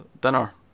dinner